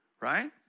right